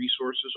resources